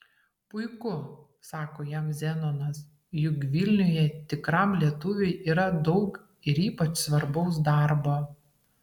puiku sako jam zenonas juk vilniuje tikram lietuviui yra daug ir ypač svarbaus darbo